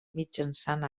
mitjançant